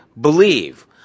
believe